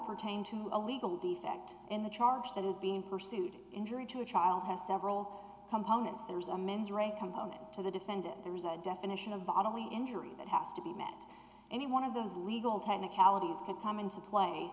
pertain to a legal defect in the charge that is being pursued injury to a child has several components there's a mens rea component to the defendant there is a definite a bodily injury that has to be met any one of those legal technicalities could come into play